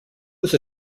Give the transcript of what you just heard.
was